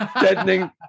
deadening